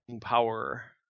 power